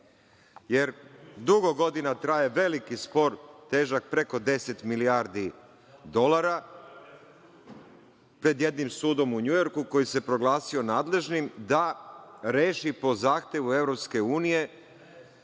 jer dugo godina traje veliki spor, težak preko deset milijardi dolara, pred jednim sudom u NJujorku, koji se proglasio nadležnim da reši po zahtevu EU